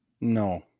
No